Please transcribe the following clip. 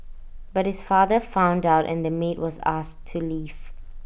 but his father found out and the maid was asked to leave